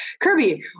Kirby